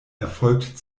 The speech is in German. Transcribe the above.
erfolgt